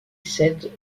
cède